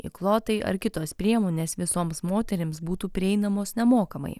įklotai ar kitos priemonės visoms moterims būtų prieinamos nemokamai